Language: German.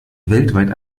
weltweit